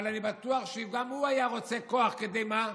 אבל אני בטוח שגם הוא היה רוצה כוח, כי שמה?